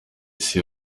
isi